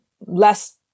less